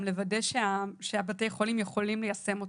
לוודא שבתי החולים יכולים ליישם אותו.